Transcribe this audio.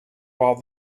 while